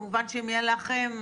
כמובן שאם יהיו לכם,